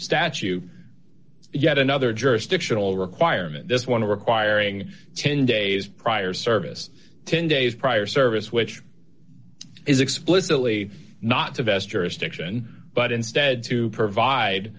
statute yet another jurisdictional requirement this one requiring ten days prior service ten days prior service which is explicitly not to vest jurisdiction but instead to provide